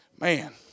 Man